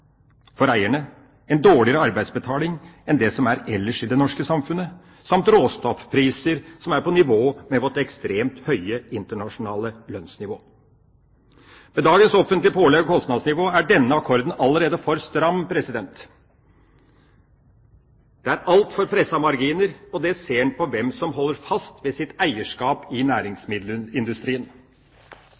for eierne, en dårligere arbeidsbetaling enn ellers i det norske samfunnet, samt råstoffpriser som er på nivå med vårt ekstremt høye internasjonale lønnsnivå. Med dagens offentlige pålegg og kostnadsnivå er denne akkorden allerede for stram. Det er altfor pressede marginer. Det ser en når en ser på hvem som holder fast på sitt eierskap i næringsmiddelindustrien.